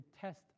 test